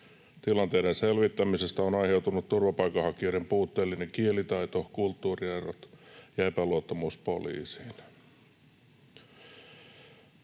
Tilanteiden selvittämistä ovat vaikeuttaneet turvapaikanhakijoiden puutteellinen kielitaito, kulttuuri-erot ja epäluottamus poliisiin.